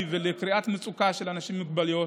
ולקריאת מצוקה של אנשים עם מוגבלויות,